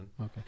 Okay